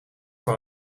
van